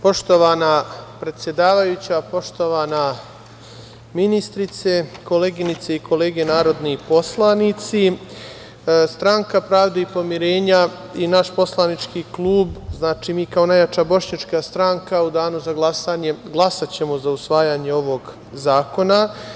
Poštovana predsedavajuća, poštovana ministrice, koleginice i kolege narodi poslanici, Stranka pravde i pomirenja i naš poslanički klub, znači, mi kao najjača bošnjačka stranka u danu za glasanje glasaćemo za usvajanje ovog zakona.